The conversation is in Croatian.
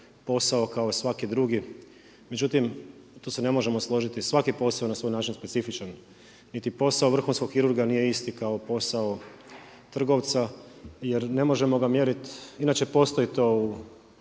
posao kao i svaki drugi, međutim tu se ne možemo složiti. Svaki posao je na svoj način specifičan. Niti posao vrhunskog kirurga nije isti kao posao trgovca, jer ne možemo ga mjerit. Inače postoji to u